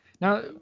now